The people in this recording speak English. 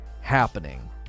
happening